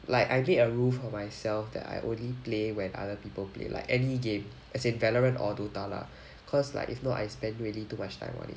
like I did a rule for myself that I only play when other people play like any game as in valorant or DOTA lah cause like if not I spend really too much time on it